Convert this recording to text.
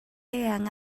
eang